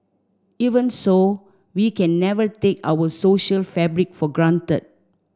even so we can never take our social fabric for granted